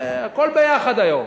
הכול ביחד היום.